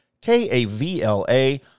K-A-V-L-A